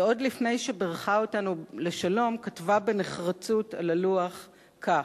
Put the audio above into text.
ועוד לפני שבירכה אותנו לשלום כתבה בנחרצות על הלוח כך,